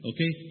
Okay